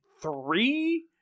three